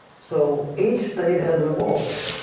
so each state has a voice.